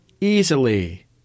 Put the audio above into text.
easily